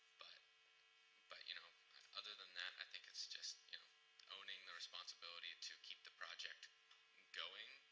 but but you know other than that, i think it's just you know owning the responsibility to keep the project going,